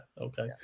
okay